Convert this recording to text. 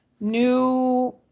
new